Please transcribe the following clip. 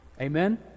Amen